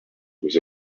with